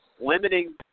limiting